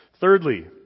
Thirdly